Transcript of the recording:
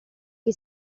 che